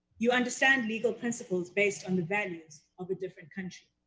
you understand legal principles based on the value of a different country.